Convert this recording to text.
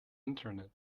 internet